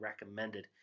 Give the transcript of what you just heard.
recommended